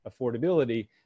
affordability